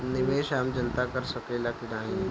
निवेस आम जनता कर सकेला की नाहीं?